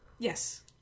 Yes